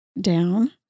down